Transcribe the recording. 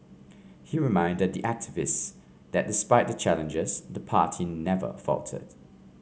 he reminded the activists that despite the challenges the party never faltered